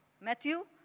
Matthew